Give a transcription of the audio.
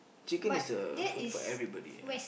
chicken is a food for everybody ah